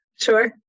Sure